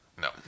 No